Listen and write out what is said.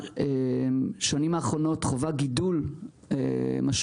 בשנים האחרונות עוגן חווה גידול משמעותי.